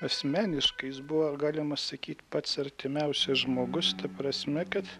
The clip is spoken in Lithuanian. asmeniškai jis buvo galima sakyt pats artimiausias žmogus ta prasme kad